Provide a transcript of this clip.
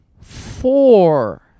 Four